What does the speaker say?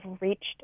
reached